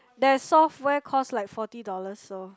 that software cost like forty dollars so